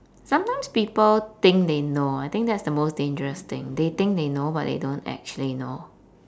sometimes people think they know I think that's the most dangerous thing they think they know but they don't actually know